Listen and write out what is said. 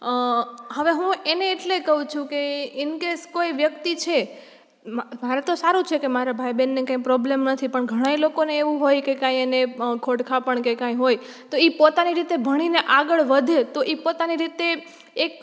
હવે હું એને એટલે કહું છું કે ઈનકેસ કોઈ વ્યક્તિ છે મા મારે તો સારું છે કે મારા ભાઈ બહેનને કંઈ પ્રોબ્લેમ નથી પણ ઘણાંય લોકોને એવું હોય કે કંઈ એને ખોડખાંપણ કે કંઈ હોય તો એ પોતાની રીતે ભણીને આગળ વધે તો એ પોતાની રીતે એક